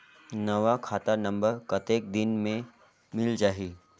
नवा खाता नंबर कतेक दिन मे मिल जाही?